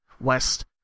west